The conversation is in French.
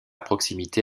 proximité